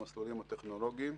למסלולים הטכנולוגים.